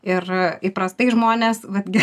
ir įprastai žmonės vat gi